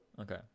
Okay